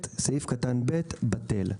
(ב) סעיף קטן (ב) בטל,